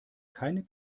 keine